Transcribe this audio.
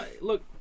look